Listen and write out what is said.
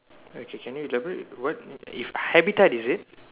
okay can you elaborate what if habitat is it